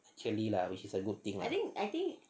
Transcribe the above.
clearly lah which a good thing lah